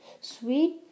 sweet